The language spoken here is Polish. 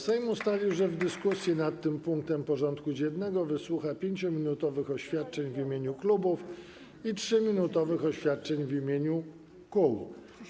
Sejm ustalił, że w dyskusji nad tym punktem porządku dziennego wysłucha 5-minutowych oświadczeń w imieniu klubów i 3-minutowych oświadczeń w imieniu kół.